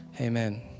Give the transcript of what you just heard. Amen